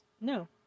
no